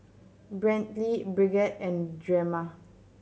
Brantley Brigette and Drema